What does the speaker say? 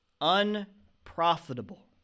Unprofitable